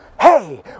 Hey